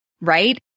right